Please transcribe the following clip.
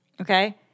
Okay